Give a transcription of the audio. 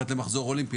אחת למחזור אולימפי,